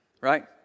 right